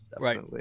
Right